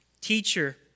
Teacher